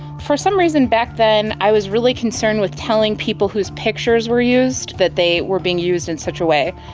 for some reason, back then i was really concerned with telling people whose pictures were used that they were being used in such a way.